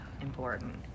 important